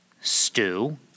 stew